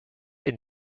and